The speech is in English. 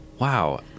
Wow